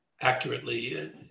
accurately